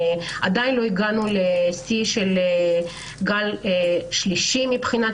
ועדיין לא הגענו לשיא של הגל השלישי מבחינת